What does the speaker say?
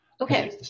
Okay